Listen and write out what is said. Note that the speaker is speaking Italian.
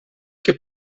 che